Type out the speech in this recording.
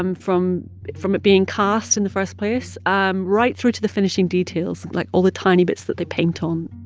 um from from it being cast in the first place um right through to the finishing details, like all the tiny bits that they paint on.